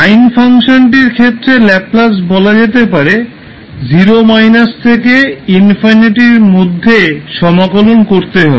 sin ফাংশনটির ক্ষেত্রে Laplace বলা যেতে পারে 0 থেকে ∞ এর মধ্যে সমাকলন করতে হবে